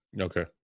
Okay